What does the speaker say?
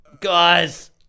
guys